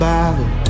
Bible